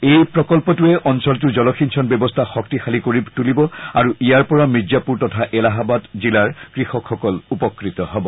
এই প্ৰকল্পটোৱে অঞ্চলটোৰ জলসিঞ্চন ব্যৱস্থা শক্তিশালী কৰিব তুলিব আৰু ইয়াৰ পৰা মিৰ্জাপুৰ তথা এলাহাবাদ জিলাৰ কৃষকসকল উপকৃত হ'ব